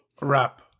Wrap